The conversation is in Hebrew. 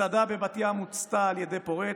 מסעדה בבת ים הוצתה על ידי פורץ,